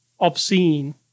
obscene